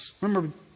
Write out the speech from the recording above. remember